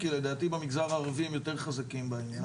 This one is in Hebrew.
כי לדעתי במגזר הערבי, הם יותר חזקים בעניין הזה.